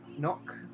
knock